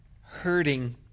hurting